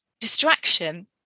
distraction